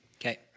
Okay